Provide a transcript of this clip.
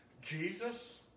Jesus